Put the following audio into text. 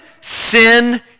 sin